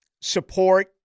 support